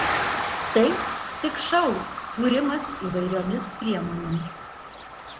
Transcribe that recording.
tai tik šou kūrimas įvairiomis priemonėmis